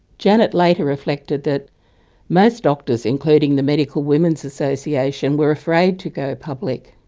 janet later reflected that most doctors including the medical women's association were afraid to go public.